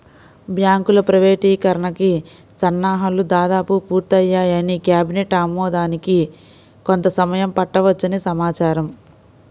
బ్యాంకుల ప్రైవేటీకరణకి సన్నాహాలు దాదాపు పూర్తయ్యాయని, కేబినెట్ ఆమోదానికి కొంత సమయం పట్టవచ్చని సమాచారం